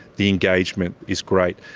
the engagement is great.